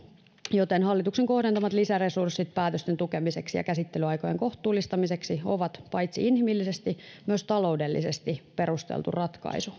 joten hallituksen kohdentamat lisäresurssit päätösten tukemiseksi ja käsittelyaikojen kohtuullistamiseksi ovat paitsi inhimillisesti myös taloudellisesti perusteltu ratkaisu